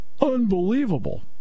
unbelievable